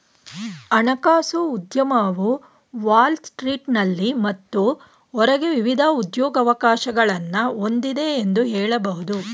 ಹಣಕಾಸು ಉದ್ಯಮವು ವಾಲ್ ಸ್ಟ್ರೀಟ್ನಲ್ಲಿ ಮತ್ತು ಹೊರಗೆ ವಿವಿಧ ಉದ್ಯೋಗವಕಾಶಗಳನ್ನ ಹೊಂದಿದೆ ಎಂದು ಹೇಳಬಹುದು